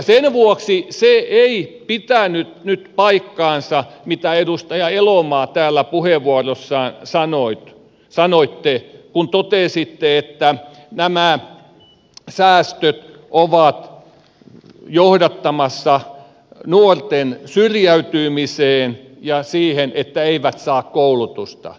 sen vuoksi se ei pitänyt nyt paikkaansa mitä edustaja elomaa täällä puheenvuorossanne sanoitte kun totesitte että nämä säästöt ovat johdattamassa nuorten syrjäytymiseen ja siihen että eivät saa koulutusta